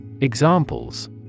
Examples